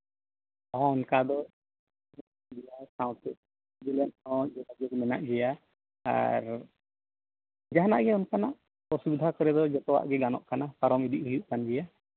ᱦᱮᱸ ᱚᱱᱠᱟ ᱫᱚ ᱡᱮᱞᱟ ᱥᱟᱶᱛᱮ ᱡᱮᱞᱟ ᱨᱮᱦᱚᱸ ᱡᱳᱜᱟᱡᱳᱜᱽ ᱢᱮᱱᱟᱜ ᱜᱮᱭᱟ ᱟᱨ ᱡᱟᱦᱟᱱᱟᱜ ᱜᱮ ᱚᱱᱠᱟᱱᱟᱜ ᱚᱥᱩᱵᱤᱫᱷᱟ ᱠᱚᱨᱮ ᱫᱚ ᱡᱚᱛᱚᱱᱟᱜ ᱜᱮ ᱜᱟᱱᱚᱜ ᱠᱟᱱᱟ ᱯᱟᱨᱚᱢ ᱤᱫᱤ ᱦᱩᱭᱩᱜ ᱠᱟᱱ ᱜᱮᱭᱟ